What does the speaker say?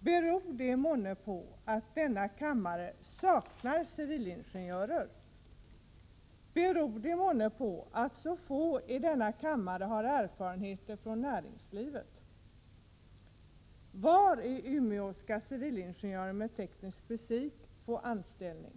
Beror det månne på att denna kammare saknar civilingenjörer? Beror det månne på att så få i denna kammare har erfarenheter från näringslivet? Var i Umeå skall civilingenjörer med teknisk fysik få anställning?